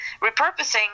repurposing